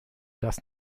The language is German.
das